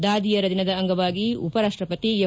ದಾದಿಯರ ದಿನದ ಅಂಗವಾಗಿ ಉಪರಾಷ್ಟಪತಿ ಎಂ